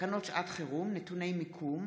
תקנות שעת חירום (נתוני מיקום)